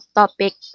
topic